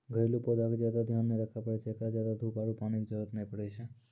घरेलू पौधा के ज्यादा ध्यान नै रखे पड़ै छै, एकरा ज्यादा धूप आरु पानी के जरुरत नै पड़ै छै